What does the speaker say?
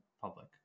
public